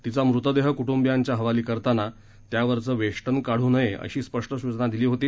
तिचा मृतदेह कुटुंबियांच्या हवाली करताना त्यावरचं वेष्टन काढू नये अशी स्पष्ट सूचना दिली होती